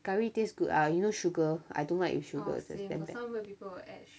curry taste good ah you know sugar I don't like with sugar that damn bad